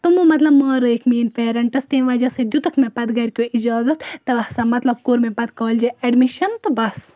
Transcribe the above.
تمو مَطلَب مانرٲیِکھ میٲنٛۍ پیرَنٹس تمہِ وَجہَ سۭتۍ دیُتُکھ مےٚ پَتہٕ گَرکٮ۪و اِجازَت مَطلَب کوٚر مےٚ کالجہِ پَتہٕ ایٚڈمِشَن تہٕ بَس